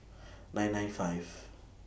nine nine five